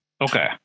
Okay